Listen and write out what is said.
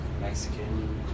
Mexican